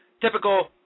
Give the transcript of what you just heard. Typical